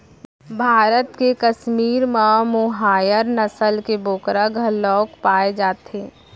भारत के कस्मीर म मोहायर नसल के बोकरा घलोक पाए जाथे